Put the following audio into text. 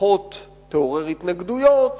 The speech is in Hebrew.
פחות תעורר התנגדויות